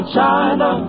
China